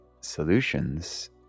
solutions